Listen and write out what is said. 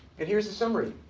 and here's the summary.